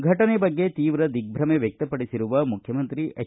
ಫಟನೆ ಬಗ್ಗೆ ತೀವ್ರ ದಿಗ್ಗಮೆ ವ್ಯಕ್ತಪಡಿಸಿರುವ ಮುಖ್ಯಮಂತ್ರಿ ಹೆಚ್